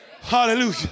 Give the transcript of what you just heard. Hallelujah